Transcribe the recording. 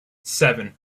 seven